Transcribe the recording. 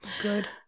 Good